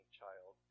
child